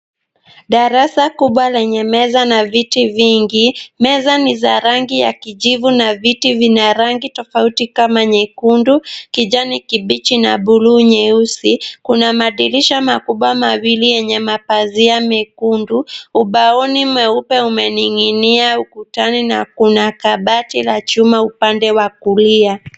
Darasa kubwa lenye meza na viti vingi. Meza ni za rangi ya kijivu na viti vina rangi tofauti kama nyekundu, kijani kibichi na buluu nyeusi. Kuna madirisha makubwa mawili yenye mapazia mekundu. Ubao mweupe umening'inia ukutani na kuna kabati la chuma upande wa kulia.